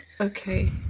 okay